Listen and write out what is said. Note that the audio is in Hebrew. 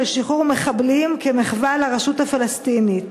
שחרור מחבלים כמחווה לרשות הפלסטינית.